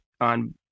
on